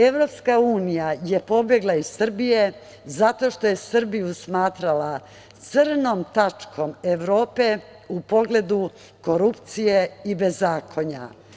Evropska unija je pobegla iz Srbije zato što je Srbiju smatrala crnom tačkom Evrope u pogledu korupcije i bezakonja.